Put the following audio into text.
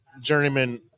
journeyman